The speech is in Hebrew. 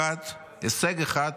הישג אחד